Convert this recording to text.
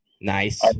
Nice